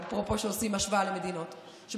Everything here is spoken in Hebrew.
יש מדינות אפרופו,